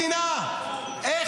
אתה --- הם יקימו את המדינה.